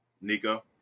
Nico